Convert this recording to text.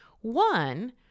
One